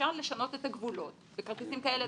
אפשר לשנות את הגבולות בכרטיסים כאלה